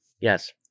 Yes